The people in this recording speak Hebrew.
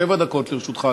שבע דקות לרשותך,